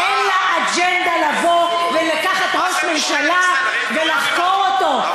אין לה אג'נדה לבוא ולקחת ראש ממשלה ולחקור אותו,